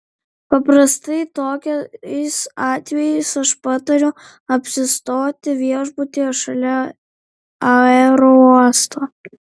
paprastai tokiais atvejais aš patariu apsistoti viešbutyje šalia aerouosto